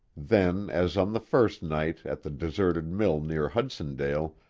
then, as on the first night at the deserted mill near hudsondale,